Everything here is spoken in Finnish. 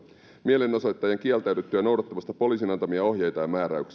mielenosoittajien kieltäydyttyä noudattamasta poliisin antamia ohjeita ja määräyksiä